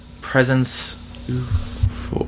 Presence